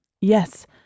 Yes